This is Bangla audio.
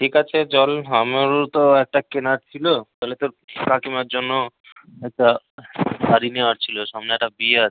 ঠিক আছে চল আমারও তো একটা কেনার ছিলো তাহলে তোর কাকিমার জন্য একটা শাড়ি নেওয়ার ছিলো সামনে একটা বিয়ে আছে